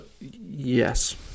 Yes